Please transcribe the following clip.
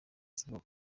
asabwa